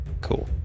cool